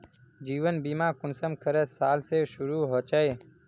जीवन बीमा कुंसम करे साल से शुरू होचए?